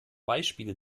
beispiele